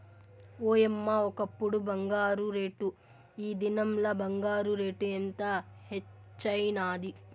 ఓయమ్మ, ఒకప్పుడు బంగారు రేటు, ఈ దినంల బంగారు రేటు ఎంత హెచ్చైనాది